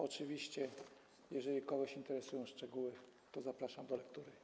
Oczywiście jeżeli kogoś interesują szczegóły, to zapraszam do lektury.